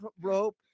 rope